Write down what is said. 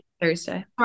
Thursday